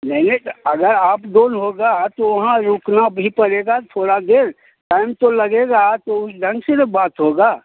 नहीं नहीं तो अगर अप डोऊन होगा तो वहाँ रुकना भी पड़ेगा थोड़ी देर टाइम तो लगेगा तो उस ढंग से तो बात होगी